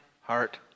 heart